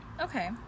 okay